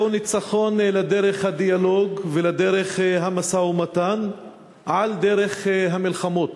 זהו ניצחון לדרך הדיאלוג ודרך המשא-ומתן על דרך המלחמות.